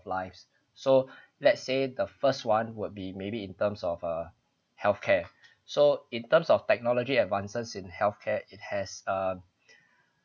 lives so let's say the first [one] would be maybe in terms of uh healthcare so in terms of technology advances in healthcare it has uh